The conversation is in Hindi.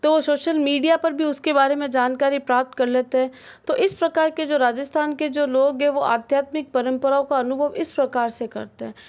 तो शोशल मीडिया पर भी उसके बारे में जानकारी प्राप्त कर लेते हैं तो इस प्रकार के जो राजस्थान के जो लोग हैं वह आध्यात्मिक परम्पराओं का अनुभव इस प्रकार से करते हैं